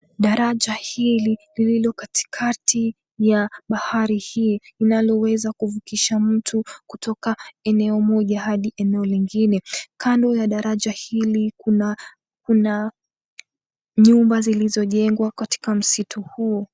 Daraja hili lililokatikati ya bahari hi linaloweza kuvukisha mtu kutoka eneo moja hadi eneo lingine, kando ya daraja hili kuna nyumba zilizojengwa kwenye msitu huo.